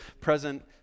present